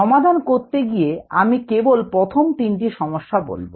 সমাধান করতে গিয়ে আমি কেবল প্রথম তিনটি সমস্যা বলব